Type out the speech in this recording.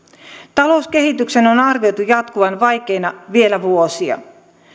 talouskehityksen on arvioitu jatkuvan vaikeana vielä vuosia